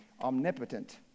omnipotent